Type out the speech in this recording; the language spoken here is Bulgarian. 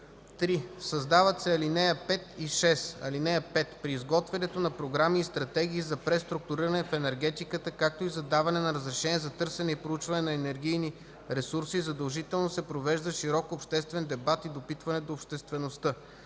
3. Създават се ал. 5 и 6: „(5) При изготвянето на програми и стратегии за преструктуриране в енергетиката, както и за даване на разрешение за търсене и проучване на енергийни ресурси, задължително се провежда широк обществен дебат и допитване до обществеността.